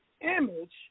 Image